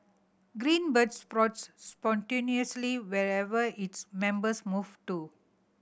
Green Bird sprouts spontaneously wherever its members move to